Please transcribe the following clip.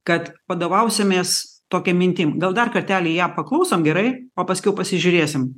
kad vadovausimės tokia mintim gal dar kartelį ją paklausom gerai o paskiau pasižiūrėsim